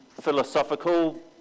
philosophical